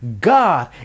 God